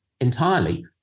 entirely